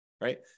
Right